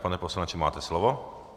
Pane poslanče, máte slovo.